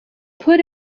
put